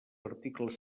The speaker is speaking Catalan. articles